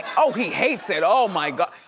oh, he hates it, oh my god.